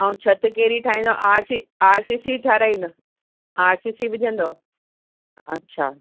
ऐं छित कहिड़ी ठाहींदो R C R C C ठहाराईंदो आर सी सी विझंदो अच्छा